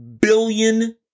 billion